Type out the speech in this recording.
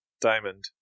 diamond